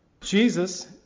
Jesus